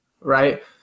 right